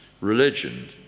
religion